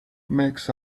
makes